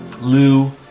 Lou